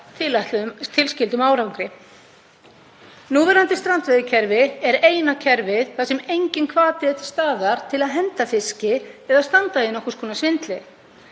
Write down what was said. tilskildum árangri. Núverandi strandveiðikerfi er eina kerfið þar sem enginn hvati er til staðar til að henda fiski eða standa í nokkurs konar svindli.